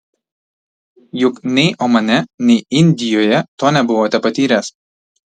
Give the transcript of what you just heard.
juk nei omane nei indijoje to nebuvote patyręs